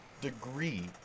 degree